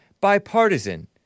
bipartisan